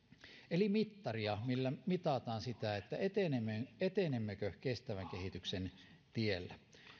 eli mittaria millä mitataan sitä etenemmekö kestävän kehityksen tiellä